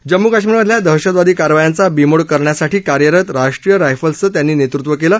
जम्मू काश्मीरमधल्या दहशतवादी कारवायांचा बीमोड करण्यासाठी कार्यरत राष्ट्रीय रायफल्सचं त्यांनी नेतृत्व केलं